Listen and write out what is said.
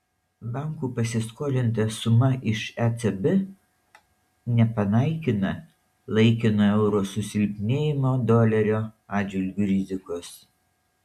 bankų pasiskolinta suma iš ecb nepanaikina laikino euro susilpnėjimo dolerio atžvilgiu rizikos